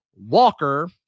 Walker